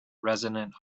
resonant